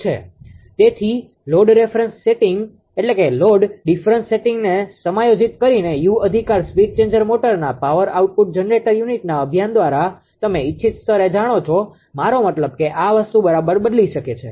તેથી તેથી load difference સેટિંગને સમાયોજિત કરીને કે યુ અધિકાર સ્પીડ ચેન્જર મોટરના પાવર આઉટપુટ જનરેટર યુનિટના અભિયાન દ્વારા તમે ઇચ્છિત સ્તરે જાણો છો મારો મતલબ કે આ વસ્તુ બરાબર બદલી શકાય છે